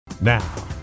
Now